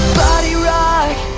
body rock